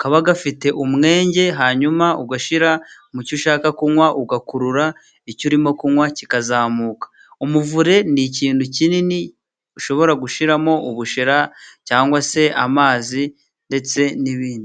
kaba gafite umwenge hanyuma ugashyira mu cyo ushaka kunywa ugakurura icyo urimo kunywa kikazamuka. Umuvure ni ikintu kinini ushobora gushyiramo ubushera cyangwa se amazi ndetse n'ibindi.